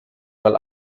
mal